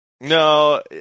No